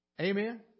Amen